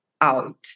out